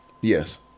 Yes